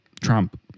Trump